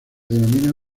denomina